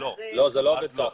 זה לא עובד ככה.